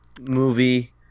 movie